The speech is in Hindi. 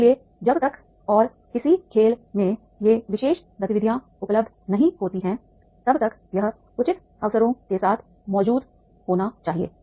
इसलिए जब तक और किसी खेल में ये विशेष गतिविधियां उपलब्ध नहीं होती हैं तब तक यह उचित अवसरों के साथ मौजूद होना चाहिए